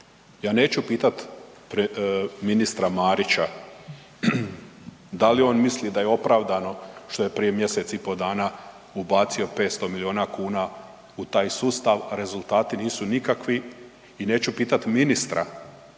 Ja neću pitat ministra Marića da li on misli da je opravdano što prije mj. i pol dana ubacio 500 milijuna kuna u taj sustav, rezultati nisu nikakvi i neću pitati ministra